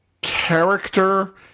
character